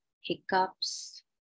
hiccups